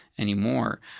anymore